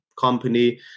company